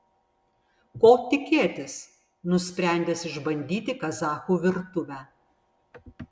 ko tikėtis nusprendęs išbandyti kazachų virtuvę